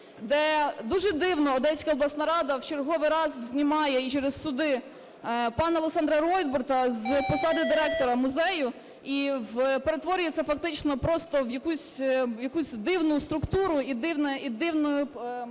Де дуже дивно, Одеська обласна рада в черговий раз знімає, і через суди, пана Олександра Ройтбурда з посади директора музею, і перетворює це фактично просто в якусь дивну структуру…